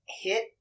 hit